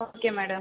okay madam